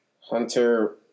hunter